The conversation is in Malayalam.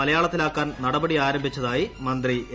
മലയാളത്തിലാക്കാൻ നടപടി ആരംഭിച്ചതായി മന്ത്രി എ